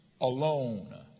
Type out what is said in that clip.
alone